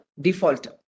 defaulter